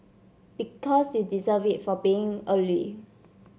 because you deserve it for being early